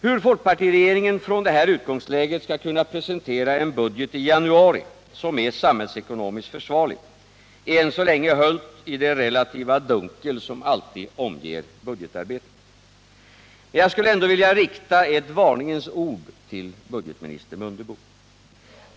Hur folkpartiregeringen från det här utgångsläget skall kunna presentera en budget i januari som är samhällsekonomiskt försvarlig, är än så länge höljt i det relativa dunkel som alltid omger budgetarbetet. Men jag skulle ändå vilja rikta ett varningens ord till budgetminister Mundebo.